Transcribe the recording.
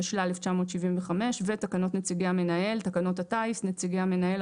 התשל"ה-1975 ו-"תקנות נציגי המנהל" - תקנות הטיס (נציגי המנהל),